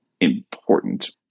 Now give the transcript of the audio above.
important